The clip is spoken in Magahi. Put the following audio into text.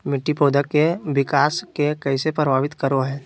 मिट्टी पौधा के विकास के कइसे प्रभावित करो हइ?